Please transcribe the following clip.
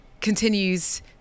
continues